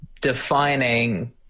defining